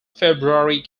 february